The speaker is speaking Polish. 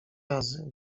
razy